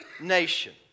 nation